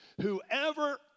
whoever